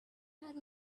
had